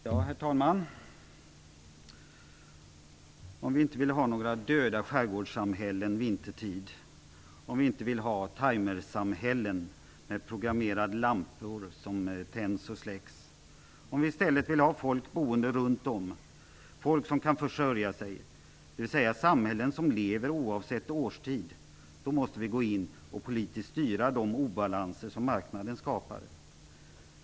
Herr talman! Om vi inte vill ha döda skärgårdssamhällen vintertid, om vi inte vill ha timer-samhällen med programmerade lampor som tänds och släcks och om vi i stället vill ha folk boende runt om, folk som kan försörja sig - dvs. samhällen som lever, oavsett årstid - måste vi gå in och politiskt styra de obalanser som marknaden skapar.